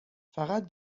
فقط